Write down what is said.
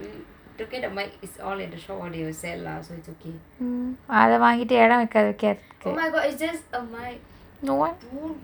to get the mic is all additional audio set lah so it's okay oh my god it's just a mic